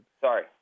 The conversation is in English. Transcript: Sorry